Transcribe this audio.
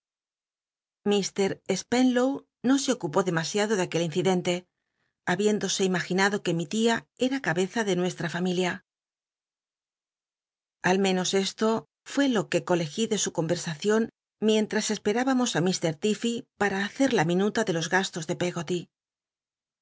l spenlow no se ocupó demasiado de aquel incidente habiéndose imaginado que mi tia era cabeza de nue ha familia al menos esto fué lo que colegí de su con resacion mientms espelihamos í mr tifl'cy para hacer la min uta de los ga los de pcg